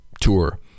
tour